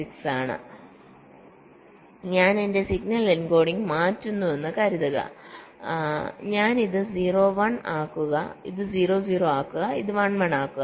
6 ആണ് ഞാൻ എന്റെ സിഗ്നൽ എൻകോഡിംഗ് മാറ്റുന്നുവെന്ന് കരുതുക ഞാൻ ഇത് 0 1 ആക്കുക ഇത് 0 0 ആക്കുക ഇത് 1 1 ആക്കുക